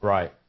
Right